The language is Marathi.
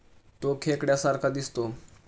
तो खेकड्या सारखा दिसतो